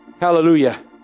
Hallelujah